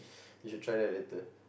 you should try that later